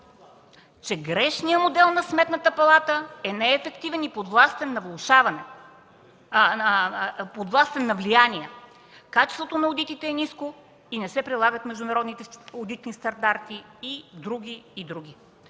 че грешният модел на Сметната палата е неефективен и подвластен на влияние, качеството на одитите е ниско, не се прилагат международните одитни стандарти и други, и други.